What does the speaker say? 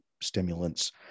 stimulants